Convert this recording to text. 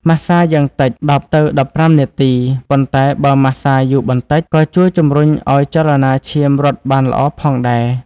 ម៉ាស្សាយ៉ាងតិច ១០ ទៅ ១៥ នាទី ប៉ុន្តែបើម៉ាស្សាយូរបន្តិចក៏ជួយជំរុញអោយចលនាឈាមរត់បានល្អផងដែរ។